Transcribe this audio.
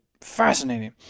fascinating